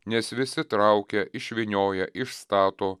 nes visi traukia išvynioja išstato